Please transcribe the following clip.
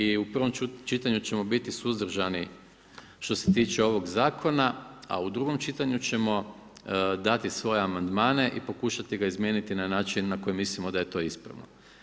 I u prvom čitanju ćemo biti suzdržani što se tiče ovog zakona, a u drugom čitanju ćemo dati svoje amandmane i pokušati ga izmijeniti na način na koji mislimo da je to ispravno.